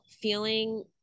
feeling